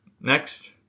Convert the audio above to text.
next